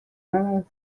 hadas